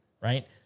right